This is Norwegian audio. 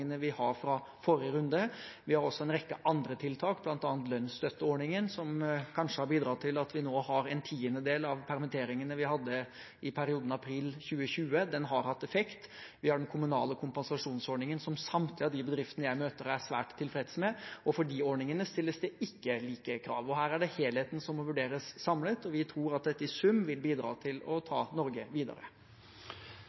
vi har fra forrige runde. Vi har også en rekke andre tiltak, bl.a. lønnsstøtteordningen, som kanskje har bidratt til at vi nå har en tiendedel av antallet permitteringer vi hadde i april 2020. Den har hatt effekt. Vi har den kommunale kompensasjonsordningen, som samtlige av de bedriftene jeg møter, er svært tilfreds med, og for de ordningene stilles det ikke like krav. Her er det helheten som må vurderes samlet, og vi tror at dette i sum vil bidra til å ta